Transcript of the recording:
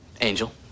Angel